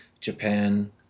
Japan